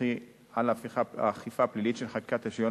ועל האכיפה הפלילית של חקיקת השוויון